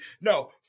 no